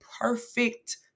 perfect